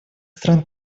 стран